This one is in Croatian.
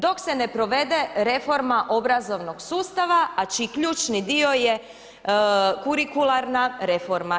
Dok se ne provede reforma obrazovnog sustava, a čiji ključni dio je kurikularna reforma.